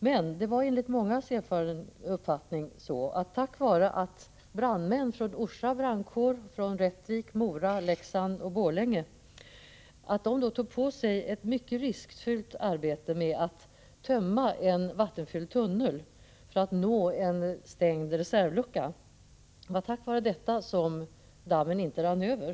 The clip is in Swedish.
Men det var enligt mångas uppfattning tack vare att brandmän från brandkårerna i Orsa, Rättvik, Mora, Leksand och Borlänge tog på sig ett mycket riskfyllt arbete med att tömma en vattenfylld tunnel för att nå en stängd reservlucka som dammen inte rann över.